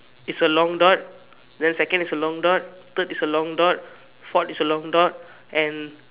it's a long dot then second is a long dot third is a long dot forth is a long dot and